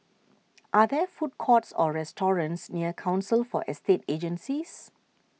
are there food courts or restaurants near Council for Estate Agencies